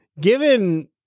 Given